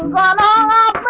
la la